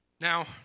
Now